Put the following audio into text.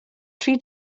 tri